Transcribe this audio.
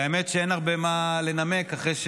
האמת שאין הרבה מה לנמק אחרי,